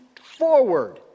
forward